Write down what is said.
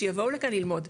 שיבואו לכאן ללמוד',